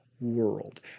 world